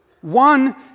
One